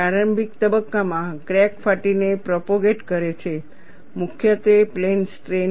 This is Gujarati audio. પ્રારંભિક તબક્કામાં ક્રેક ફાટીને પ્રોપોગેટ કરે છે મુખ્યત્વે પ્લેન સ્ટ્રેઇન